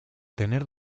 tener